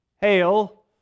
Hail